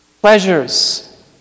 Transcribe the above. pleasures